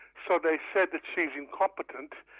so they said that she's incompetent,